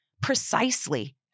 precisely